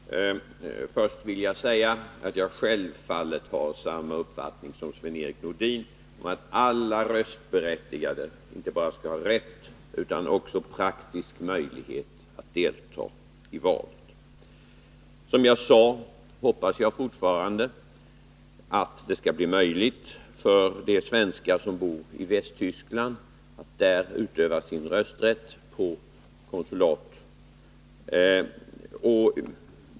Fru talman! Först vill jag säga att jag självfallet har samma uppfattning som Sven-Erik Nordin, att alla röstberättigade inte bara skall ha rätt utan också praktisk möjlighet att delta i valet. Som jag sade, hoppas jag fortfarande att det skall bli möjligt för de svenskar som bor i Västtyskland att där utöva sin rösträtt på konsulat.